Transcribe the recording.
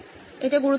ওটা গুরুত্বপূর্ণ